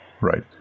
Right